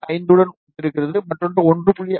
5 உடன் ஒத்திருக்கிறது மற்றொன்று 1